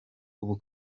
ubu